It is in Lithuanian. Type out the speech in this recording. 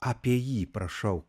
apie jį prašau